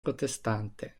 protestante